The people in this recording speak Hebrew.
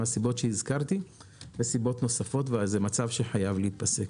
מהסיבות שהזכרתי וסיבות נוספות וזה מצב שחייב להיפסק.